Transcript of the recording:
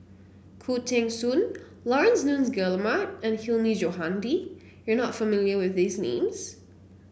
Khoo Teng Soon Laurence Nunns Guillemard and Hilmi Johandi you are not familiar with these names